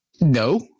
no